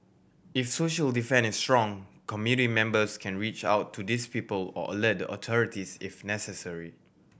if social defence is strong community members can reach out to these people or alert the authorities if necessary